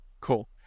Cool